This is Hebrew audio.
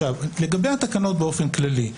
לגבי התקנות באופן כללי.